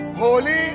holy